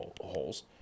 holes